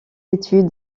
études